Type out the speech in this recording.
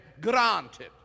granted